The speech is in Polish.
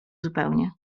zupełnie